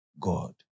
God